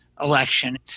election